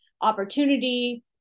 opportunity